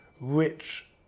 rich